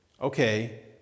Okay